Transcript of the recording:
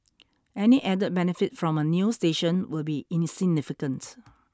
any added benefit from a new station will be insignificant